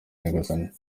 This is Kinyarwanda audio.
nyagasani